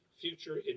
future